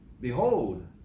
Behold